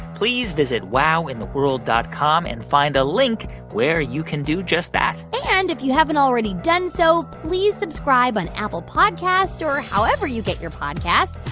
please visit wowintheworld dot com and find a link where you can do just that and if you haven't already done so, please subscribe on apple podcasts or however you get your podcasts.